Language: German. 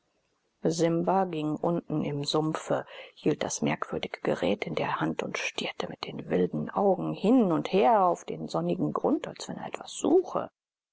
simba ging unten im sumpfe hielt das merkwürdige gerät in der hand und stierte mit den wilden augen hin und her auf den sonnigen grund als wenn er etwas suche